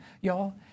y'all